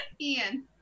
ian